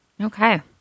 Okay